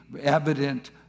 evident